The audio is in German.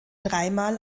dreimal